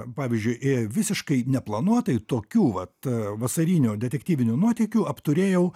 pavyzdžiui visiškai neplanuotai tokių vat vasarinių detektyvinių nuotykių apturėjau